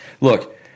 look